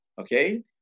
okay